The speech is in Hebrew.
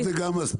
300 זה גם מספיק.